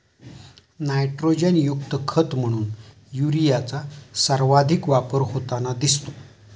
नायट्रोजनयुक्त खत म्हणून युरियाचा सर्वाधिक वापर होताना दिसतो